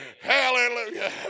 Hallelujah